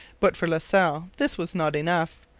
but for la salle this was not enough.